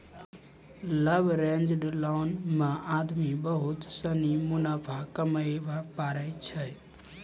leveraged loan मे आदमी बहुत सनी मुनाफा कमाबै पारै छै